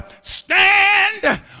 stand